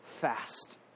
fast